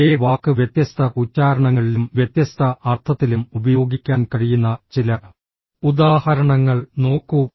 ഒരേ വാക്ക് വ്യത്യസ്ത ഉച്ചാരണങ്ങളിലും വ്യത്യസ്ത അർത്ഥത്തിലും ഉപയോഗിക്കാൻ കഴിയുന്ന ചില ഉദാഹരണങ്ങൾ നോക്കൂ